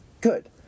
good